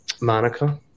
Monica